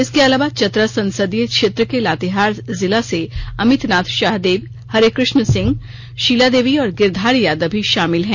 इसके अलावा चतरा संसदीय क्षेत्र के लातेहार जिला से अमितनाथ शाहदेव हरेकृष्ण सिंह शीला देवी और गिरधारी यादव भी शामिल हैं